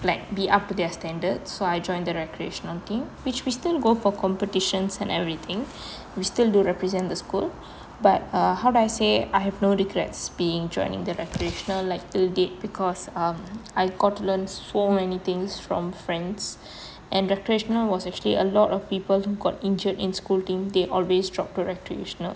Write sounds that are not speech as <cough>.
like be up to their standards so I joined the recreational team which we still go for competitions and everything <breath> we still do represent the school but err how do I say I have no regrets being joining the recreational like till date because um I got to learn so many things from friends <breath> and recreational was actually a lot of people who got injured in school team they always drop to recreational